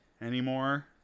anymore